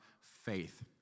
faith